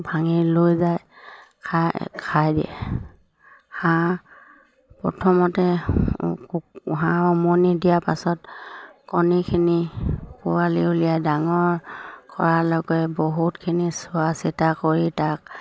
ভাঙি লৈ যায় খাই খাই দিয়ে হাঁহ প্ৰথমতে হাঁহ উমনি দিয়াৰ পাছত কণীখিনি পোৱালি উলিয়াই ডাঙৰ কৰাৰলৈকে বহুতখিনি চোৱাচিতা কৰি তাক